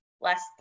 less